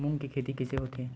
मूंग के खेती कइसे होथे?